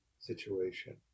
situation